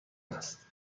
است